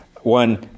one